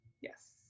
Yes